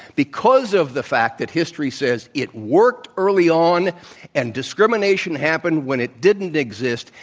because of the fact that history says it worked early on and discrimination happened when it didn't exist,